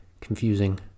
confusing